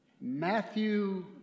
Matthew